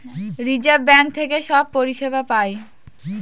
reserve Bank থেকে সব পরিষেবা পায়